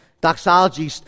Doxology